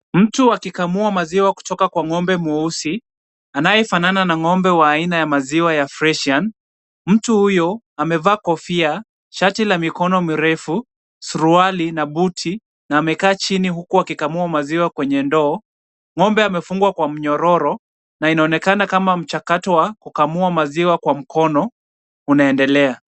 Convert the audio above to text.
Mtu akikamua maziwa kutoka kwa ng'ombe mweusi anayefanana na ng'ombe wa aina ya maziwa ya freshian . Mtu huyu amevaa kofia, shati la mikono mirefu, suruali na buti na amekaa chini huku akikamua maziwa kwenye ndoo. Ng'ombe amefungwa kwa mnyororo na inaonekana kama mchakato wa kukamua maziwa kwa mkono unaendelea.